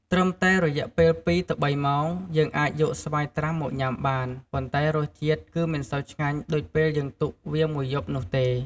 ត្រឹមតែរយៈពេល ២ទៅ៣ម៉ោង យើងអាចយកស្វាយត្រាំមកញុំាបាន ប៉ុន្តែរសជាតិគឺមិនសូវឆ្ងាញ់ដូចពេលយើងទុកវាមួយយប់នោះទេ។